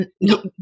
No